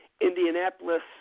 Indianapolis